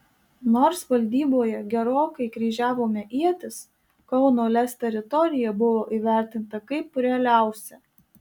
nors valdyboje gerokai kryžiavome ietis kauno lez teritorija buvo įvertinta kaip realiausia